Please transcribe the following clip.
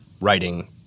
writing